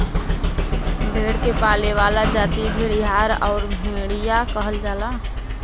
भेड़ के पाले वाला जाति भेड़ीहार आउर गड़ेरिया कहल जाला